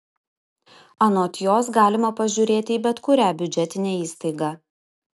anot jos galima pažiūrėti į bet kurią biudžetinę įstaigą